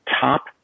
top